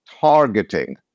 targeting